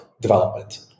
development